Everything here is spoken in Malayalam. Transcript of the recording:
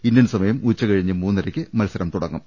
ഇന്ത്യൻ സമയം ഉച്ചകഴിഞ്ഞ് മൂന്നരയ്ക്ക് മത്സരം തുടങ്ങും